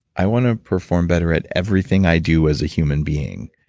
i want to perform better at everything i do as a human being.